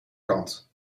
kant